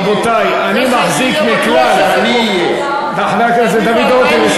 רבותי וחבר הכנסת דוד רותם,